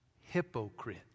hypocrite